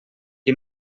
qui